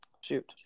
Shoot